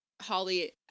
holly